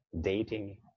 dating